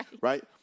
Right